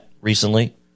recently